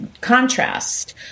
contrast